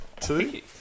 two